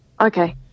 Okay